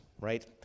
right